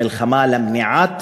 המלחמה למניעת